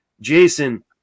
Jason